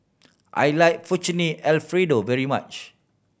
I like Fettuccine Alfredo very much